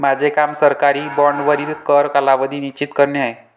माझे काम सरकारी बाँडवरील कर कालावधी निश्चित करणे आहे